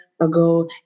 ago